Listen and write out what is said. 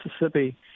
Mississippi